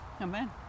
Amen